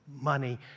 money